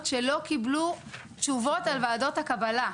שלא קיבלו תשובות על וועדות הקבלה,